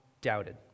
doubted